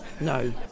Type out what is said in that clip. No